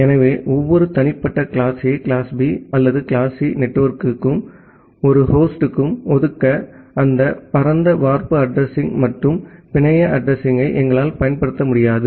எனவே ஒவ்வொரு தனிப்பட்ட கிளாஸ்A கிளாஸ்B அல்லது கிளாஸ்C நெட்வொர்க்குக்கும் ஒரு ஹோஸ்டுக்கு ஒதுக்க அந்த பரந்த வார்ப்பு அட்ரஸிங் மற்றும் பிணைய அட்ரஸிங்யை எங்களால் பயன்படுத்த முடியாது